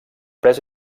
pres